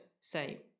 say